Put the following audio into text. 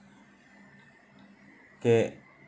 okay